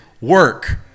work